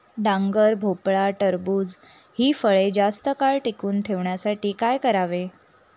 डांगर, भोपळा, टरबूज हि फळे जास्त काळ टिकवून ठेवण्यासाठी काय करावे?